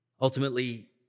Ultimately